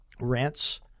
rents